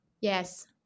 yes